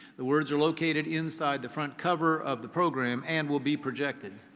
the words are located inside the front cover of the program and will be projected.